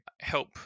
help